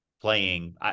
playing